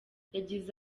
yagize